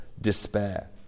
despair